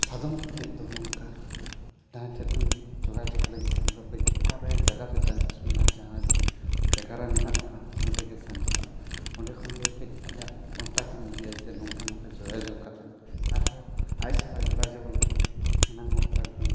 ᱥᱟᱫᱚᱢ ᱨᱮ ᱫᱮᱡ ᱫᱚ ᱱᱚᱝᱠᱟ ᱡᱟᱦᱟᱸᱭ ᱴᱷᱮᱱᱮᱡ ᱡᱳᱜᱟᱡᱚᱜᱽ ᱞᱟᱹᱜᱤᱫ ᱠᱷᱟᱱ ᱫᱚ ᱠᱟᱹᱡ ᱚᱠᱟᱨᱮ ᱡᱟᱭᱜᱟ ᱥᱮ ᱪᱟᱱᱚᱥ ᱢᱮᱱᱟᱜᱼᱟ ᱡᱟᱦᱟᱸ ᱡᱮ ᱡᱟᱭᱜᱟ ᱨᱮ ᱢᱮᱱᱟᱜ ᱠᱚᱣᱟ ᱚᱸᱰᱮᱜᱮ ᱥᱮᱱᱚᱜᱼᱟ ᱚᱸᱰᱮ ᱠᱷᱚᱱᱜᱮ ᱠᱟᱹᱡ ᱟᱡᱟᱜ ᱠᱚᱱᱴᱟᱠᱴᱮᱢ ᱤᱫᱤᱭᱟ ᱥᱮ ᱱᱚᱝᱠᱟ ᱱᱚᱝᱠᱟ ᱡᱳᱜᱟᱡᱳᱜᱽ ᱠᱟᱛᱮᱫ ᱟᱨᱦᱚᱸ ᱟᱡ ᱥᱟᱞᱟᱜ ᱡᱳᱜᱟᱡᱳᱜᱽ ᱞᱮᱠᱷᱟᱱ ᱚᱱᱟ ᱠᱚᱱᱴᱟᱠᱛᱮᱢ